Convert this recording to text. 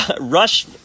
Rush